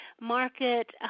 market